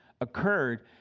occurred